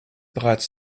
bereits